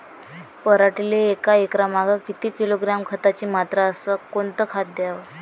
पराटीले एकरामागं किती किलोग्रॅम खताची मात्रा अस कोतं खात द्याव?